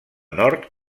nord